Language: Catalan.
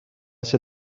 ser